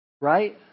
right